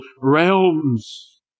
realms